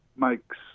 makes